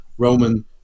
Roman